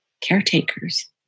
caretakers